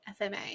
FMA